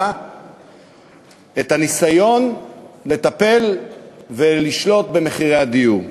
את הניסיון לטפל ולשלוט במחירי הדיור.